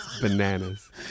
Bananas